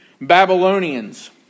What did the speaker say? Babylonians